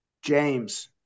James